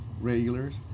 regulars